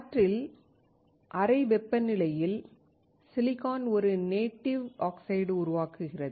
காற்றில் அறை வெப்பநிலையில் சிலிக்கான் ஒரு 'நேட்டிவ் ஆக்சைடு' உருவாக்குகிறது